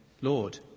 Lord